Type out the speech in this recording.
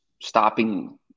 stopping